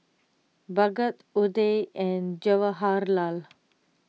Bhagat Udai and Jawaharlal